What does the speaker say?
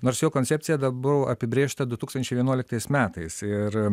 nors jo koncepcija dar buvo apibrėžta du tūkstančiai vienuoliktais metais ir